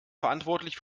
verantwortlich